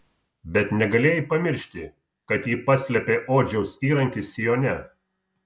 bet negalėjai pamiršti kad ji paslėpė odžiaus įrankį sijone